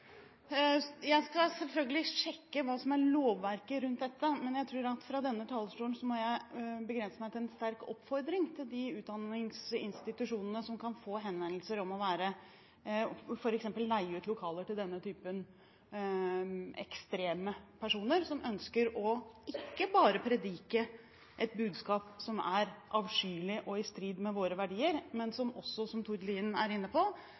Jeg skal selvfølgelig sjekke hva som er lovverket rundt dette, men jeg tror at fra denne talerstolen må jeg begrense meg til en sterk oppfordring til de utdanningsinstitusjonene som kan få henvendelser om f.eks. å leie ut lokaler til denne typen ekstreme personer, som ønsker å predike et budskap som ikke bare er avskyelig og i strid med våre verdier, men som også, som Tord Lien er inne på,